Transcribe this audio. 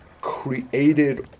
created